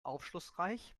aufschlussreich